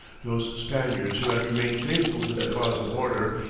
those spaniards who had remained faithful to the cause of order,